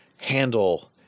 handle